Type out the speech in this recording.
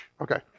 Okay